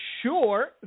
sure